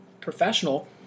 professional